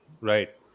right